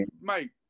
Mate